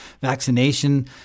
vaccination